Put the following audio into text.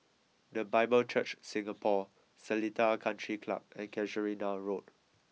the Bible Church Singapore Seletar Country Club and Casuarina Road